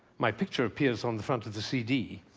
my picture appears on the front of the cd